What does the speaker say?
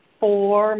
four